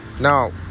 Now